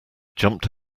jumped